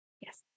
Yes